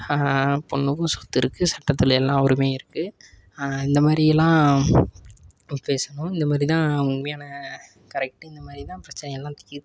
பொண்ணுக்கும் சொத்து இருக்குது சட்டத்தில் எல்லா உரிமையும் இருக்குது இந்த மாதிரியெல்லாம் பேசணும் இந்த மாதிரி தான் உண்மையான கரெக்டு இந்த மாதிரி தான் பிரச்சனையெல்லாம் தீர்க்கணும்